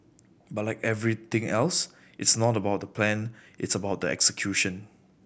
but like everything else it's not about the plan it's about the execution